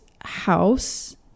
house